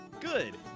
Good